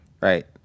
right